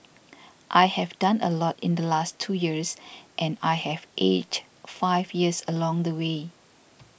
I have done a lot in the last two years and I have aged five years along the way